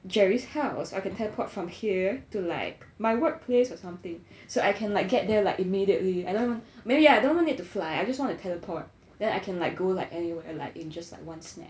jerry's house or I can teleport from here to like my workplace or something so I can like get there like immediately I don't know maybe I don't need to fly I just want to teleport then I can like go like anywhere like in just like one snap